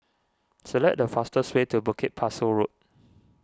select the fastest way to Bukit Pasoh Road